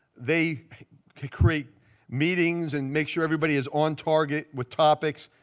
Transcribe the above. they create meetings and make sure everybody is on target with topics.